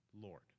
Lord